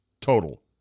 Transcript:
total